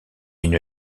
une